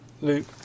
Luke